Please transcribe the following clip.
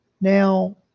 now